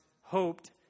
hoped